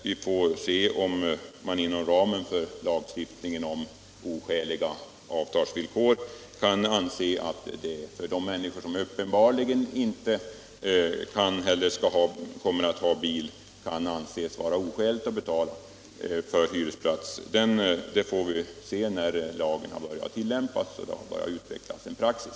Vi får se huruvida man = bostad och hyra av inom ramen för lagstiftningen om oskäliga avtalsvillkor kan anse det = bilplats vara oskäligt att människor som uppenbarligen inte kommer att ha bil ändå skall betala för bilplats. Den saken får vi ta upp när lagen har börjat tillämpas och en praxis har utvecklats.